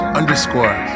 underscore